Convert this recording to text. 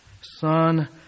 son